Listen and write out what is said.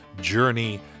journey